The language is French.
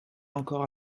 encore